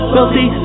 Wealthy